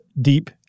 Deep